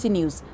News